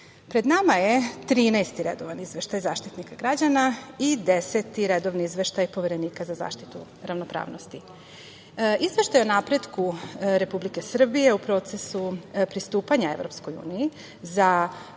nama je 13. redovan Izveštaj Zaštitnika građana i 10. redovni Izveštaj Poverenika za zaštitu ravnopravnosti. Izveštaj o napretku Republike Srbije u procesu pristupanja EU za ovu